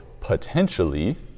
potentially